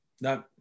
No